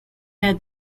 had